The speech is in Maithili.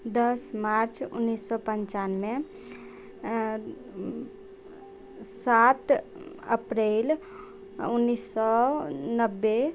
दस मार्च उन्नैस सए पञ्चानवे सात अप्रैल उन्नैस सए नब्बे